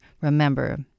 remember